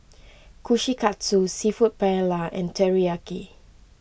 Kushikatsu Seafood Paella and Teriyaki